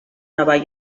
nova